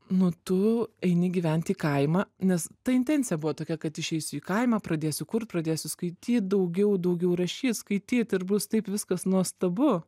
nu tu eini gyvent į kaimą nes ta intencija buvo tokia kad išeisiu į kaimą pradėsiu kurt pradėsiu skaityt daugiau daugiau rašyt skaityt ir bus taip viskas nuostabu